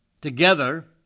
together